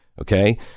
okay